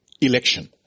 election